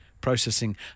processing